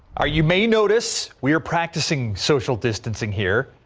are you may notice we're practicing social distancing here.